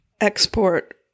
export